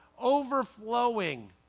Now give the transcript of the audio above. overflowing